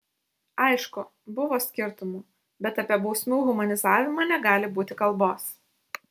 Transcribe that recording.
aišku buvo skirtumų bet apie bausmių humanizavimą negali būti kalbos